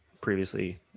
previously